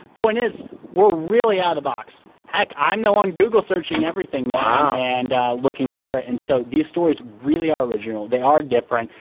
point is we're really out of the box. heck i'm now on google searching everything and looking for it and so these stories really are original. they are different.